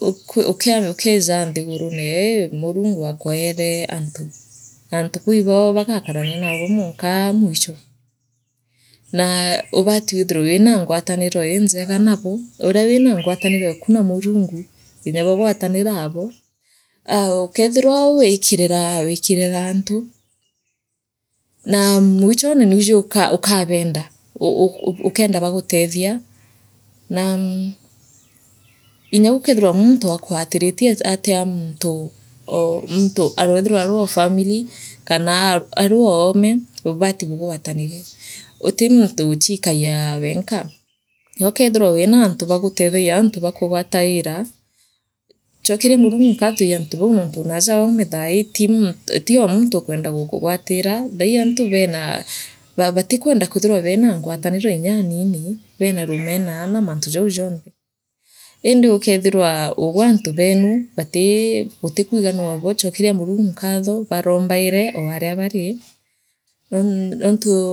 U u ukiija nthigurunee Murungu akweere antu antu bau ibo bagaakarania naagwe mwanka mwicho naa ubaati withire wina ngwataniro injeega nabo uria wina ngwataniroeka na Murungu inyagwe gwataniraabo aa u kethira wikirira wikiriraantu naa mwichene nwiji ukabeenda u u ukendaa bagutethia na mmh inya gukethirwa muntu akuatiritie at atia muntu oo muntu areethirwa arwoo family kanaa aruo oome bubati bugwatanire uti muntu u uuchiikagia wenka nyookothira wina antu bagutethagia antu bakugwataire aa chokeria Murungu nkatho ii antu bau nontu naaja oome thaii ti ti omuntu ukweda gugugwatira thaii antu beenaa ba batikweda kwithirwa bena ngwataniro nyaanini beena rumena na mantu jau jonthe indi ukeethirwaa ugwe antu beenu batii butikwiganu abi chokeria Murungu nkatho barombaire oo aria bari aa nd ontuu